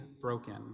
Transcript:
broken